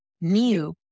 new